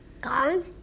Gone